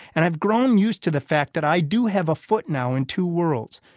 and i've grown used to the fact that i do have a foot now in two worlds.